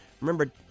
Remember